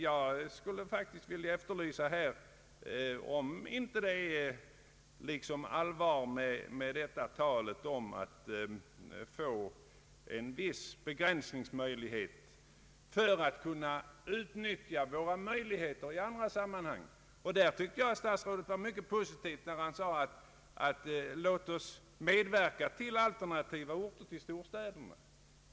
Jag skulle vilja efterlysa om det inte var någon realitet bakom detta tal om att det erfordras en viss begränsningsmöjlighet för att kunna utnyttja våra resurser i andra sammanhang På den punkten tyckte jag att statsrådet uttalade sig mycket positivt när han sade: Låt oss medverka till alternativa orter till storstäderna.